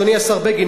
אדוני השר בגין,